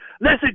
listen